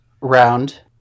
round